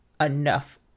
enough